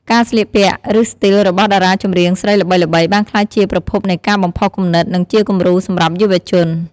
ការស្លៀកពាក់ ឬស្ទីលរបស់តារាចម្រៀងស្រីល្បីៗ បានក្លាយជាប្រភពនៃការបំផុសគំនិត និងជាគំរូសម្រាប់យុវជន។